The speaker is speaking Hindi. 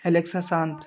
एलेक्सा शांत